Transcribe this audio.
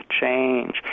change